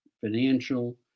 financial